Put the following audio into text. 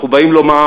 אנחנו באים לומר,